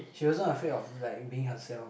she wasn't afraid of like being herself